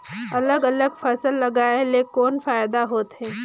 अलग अलग फसल लगाय ले कौन फायदा होथे?